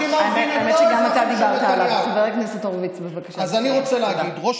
זמן נתניהו ראש